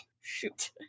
shoot